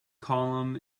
column